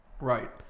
Right